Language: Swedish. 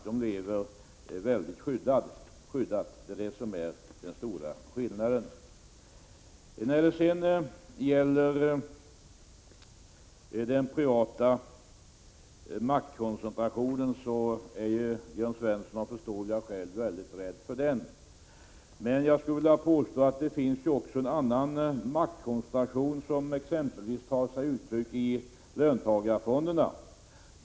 Den lever väldigt skyddad. Det allmänna betalar. Det är det som är den stora skillnaden. Den privata maktkoncentrationen är Jörn Svensson av förståeliga skäl väldigt rädd för. Men det finns också en annan maktkoncentration, som exempelvis tar sig uttryck i löntagarfonderna.